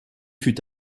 fut